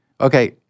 Okay